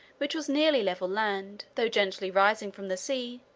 which was nearly level land, though gently rising from the sea,